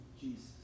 Jesus